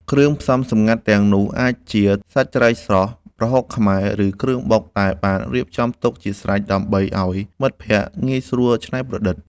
គ្រឿងផ្សំសម្ងាត់ទាំងនោះអាចជា សាច់ត្រីស្រស់ ប្រហុកខ្មែរ ឬគ្រឿងបុកដែលបានរៀបចំទុកជាស្រេចដើម្បីឱ្យមិត្តភក្តិងាយស្រួលច្នៃប្រឌិត។